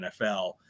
NFL